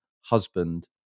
husband